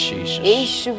Jesus